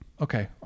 okay